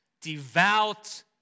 devout